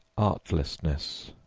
artlessness,